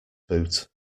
boot